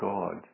God